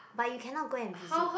but you cannot go and visit